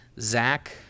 Zach